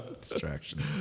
Distractions